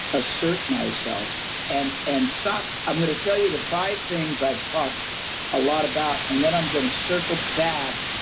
assert myself and and stop? i'm going to tell you that five things i've talked a lot about, and then i'm going to circle back.